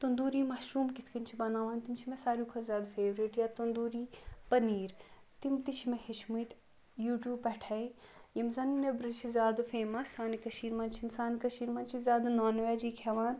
tandoori mushroom کِتھٕ کٔنۍ چھِ بَناوان تِم چھِ مےٚ سارِوٕے کھۄتہٕ زیاد فیورِٹ یا تنٛدوٗری پنیٖر تِم تہِ چھِ مےٚ ہیٚچھمٕتۍ یوٗ ٹیٛوٗب پیٚٹھٕے یِم زَن نیٚبرٕ چھِ زیاد فیمَس سانہِ کٔشیٖر مَنٛز چھِنہٕ سانہِ کٔشیٖر مَنٛز چھِ زیادٕ نان ویٚجی کھیٚوان